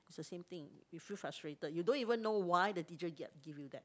is the same thing you feel frustrated you don't even know why the teacher get give you that